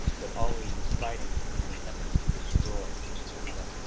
but always as fighting and attempting to destroy one another.